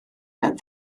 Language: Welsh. mewn